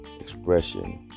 expression